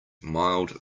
mild